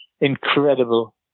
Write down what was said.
incredible